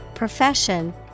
profession